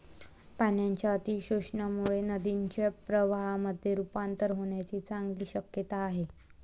पाण्याच्या अतिशोषणामुळे नदीचे प्रवाहामध्ये रुपांतर होण्याची चांगली शक्यता आहे